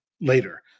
later